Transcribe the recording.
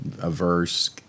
averse